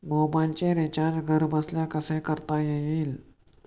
मोबाइलचे रिचार्ज घरबसल्या कसे करता येईल?